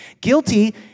Guilty